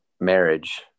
marriage